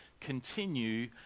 continue